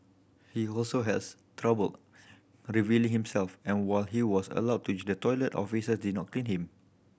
he also has trouble relieving himself and while he was allowed to use the toilet officer did not clean him